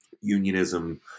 unionism